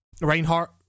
Reinhardt